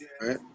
right